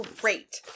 Great